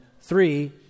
three